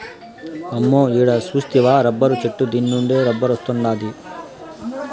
అమ్మో ఈడ సూస్తివా రబ్బరు చెట్టు దీన్నుండే రబ్బరొస్తాండాది